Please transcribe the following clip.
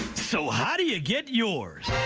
so how do you get yours?